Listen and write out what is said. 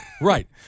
Right